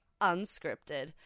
Unscripted